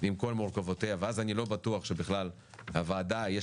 על כל מורכבויותיה ואז אני לא בטוח שבכלל לוועדה יש